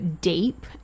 deep